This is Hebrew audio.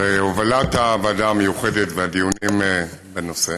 על הובלת הוועדה המיוחדת ועל הדיונים בנושא.